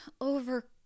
over